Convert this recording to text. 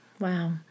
Wow